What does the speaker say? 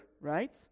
right